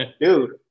dude